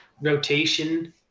rotation